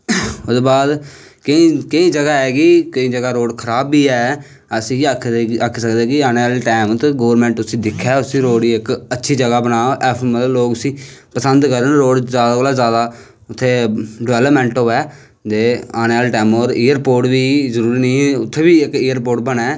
ओह्दे बाद केईं जगाह् ऐ कि रोड़ खराब बी ऐ अस इयै आक्की सकदे कि आने आह्ले टैम गौरमैंट उसी दिक्खै उसी रोड़ की इक अच्छी जगाह् बना मतलव लोग उसी पसंद करन रोड़ जादा कोला दा जादा उत्थें डबैल्पमैंट होऐ ते आने आह्ले टैम च जरूरी उत्थें बी इक एयरपोट बनै